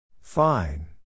Fine